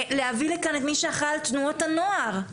להביא לכאן את מי שאחראי על תנועות הנוער,